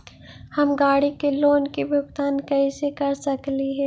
हम गाड़ी के लोन के भुगतान कैसे कर सकली हे?